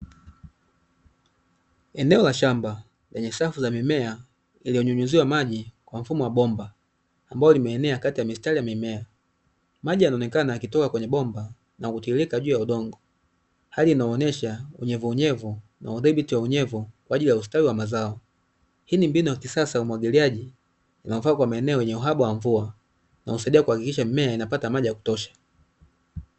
Eneo la shamba lenye safu za mimea iliyonyunyuziwa maji kwa mfumo wa bomba, ambao limeenea kati ya mistari ya mimea. Maji yanaonekana yakitoka kwenye bomba na kutiririka juu ya udongo, hali inaonyesha unyevuunyevu kwa ajili ya ustawi wa mazao. Hii ni mbinu ya kisasa ya umwagiliaji, inafaa kwa maeneo yenye uhaba wa mvua, na husaidia kuhakikisha mimea inapata maji ya kutosha.